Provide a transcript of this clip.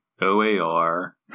Oar